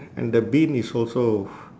and the bin is also